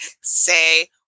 say